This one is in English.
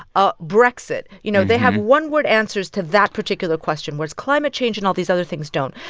ah brexit. you know, they have one-word answers to that particular question, whereas climate change and all these other things don't.